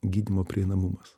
gydymo prieinamumas